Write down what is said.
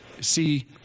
See